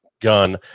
Gun